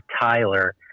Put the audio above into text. Tyler